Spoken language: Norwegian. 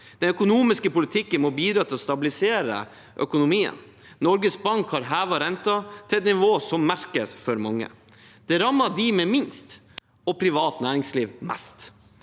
Den økonomiske politikken må bidra til å stabilisere økonomien. Norges Bank har hevet renten til et nivå som merkes for mange. Det rammer dem med minst samt privat næringsliv mest.